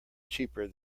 cheaper